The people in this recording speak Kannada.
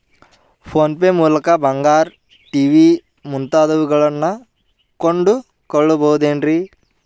ಫೋನ್ ಪೇ ಮೂಲಕ ಬಂಗಾರ, ಟಿ.ವಿ ಮುಂತಾದವುಗಳನ್ನ ಕೊಂಡು ಕೊಳ್ಳಬಹುದೇನ್ರಿ?